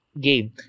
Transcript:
game